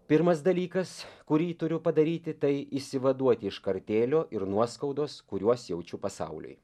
pirmas dalykas kurį turiu padaryti tai išsivaduoti iš kartėlio ir nuoskaudos kuriuos jaučiu pasauliui